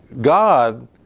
God